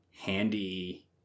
handy